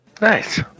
Nice